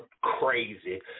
crazy